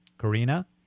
Karina